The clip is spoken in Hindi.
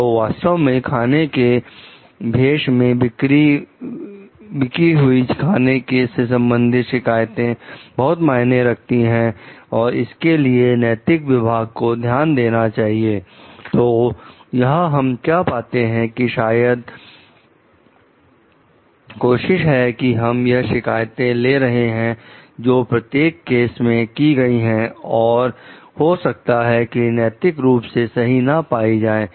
तो वास्तव में खाने के भेष में बिक्री हुई खाने से संबंधित शिकायतें बहुत मायने रखती हैं और इसके लिए नैतिक विभाग को ध्यान देना चाहिए तो यहां हम क्या पाते हैं कि शायद केशिया है कि हम वह शिकायतें ले रहे हैं जो प्रत्येक केस में की गई है और हो सकता है नैतिक रूप से सही ना पाई जाएं